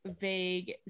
vague